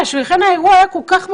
לכן האירוע היה כל כך מיותר,